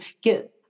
get